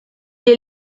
est